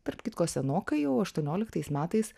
tarp kitko senokai jau aštuonioliktaisiais metais